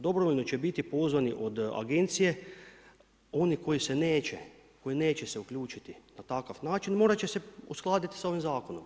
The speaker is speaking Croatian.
Dobrovoljno će biti pozvani od agencije oni koji se neće uključiti u takav način, morat će se uskladiti sa ovim zakonom.